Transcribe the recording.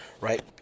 right